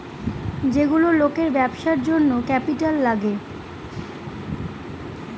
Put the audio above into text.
যেগুলো লোকের ব্যবসার জন্য ক্যাপিটাল লাগে